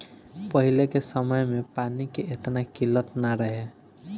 पहिले के समय में पानी के एतना किल्लत ना रहे